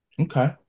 Okay